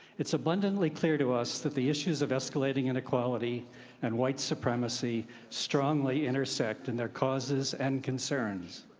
it's abundantly clear to us that the issues of escalating inequality and white supremacy strongly intersect in their causes and concerns.